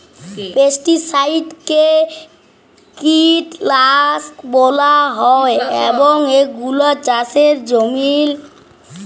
পেস্টিসাইডকে কীটলাসক ব্যলা হ্যয় এবং এগুলা চাষের জমিল্লে ছড়াল হ্যয়